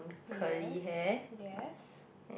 yes yes